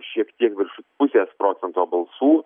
šiek tiek virš pusės procento balsų